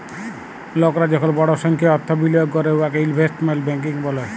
লকরা যখল বড় সংখ্যায় অথ্থ বিলিয়গ ক্যরে উয়াকে ইলভেস্টমেল্ট ব্যাংকিং ব্যলে